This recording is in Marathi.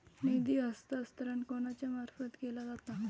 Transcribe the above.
निधी हस्तांतरण कोणाच्या मार्फत केला जाता?